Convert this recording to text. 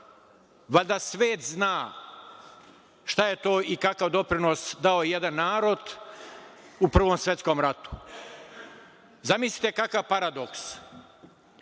valjda svet zna šta je to i kakav doprinos dao jedan narod u Prvom svetskom ratu. Zamislite, kakav paradoks,